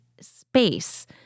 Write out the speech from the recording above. space